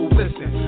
listen